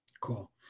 Cool